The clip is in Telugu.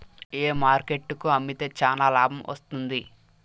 ఏ మార్కెట్ కు అమ్మితే చానా లాభం వస్తుంది?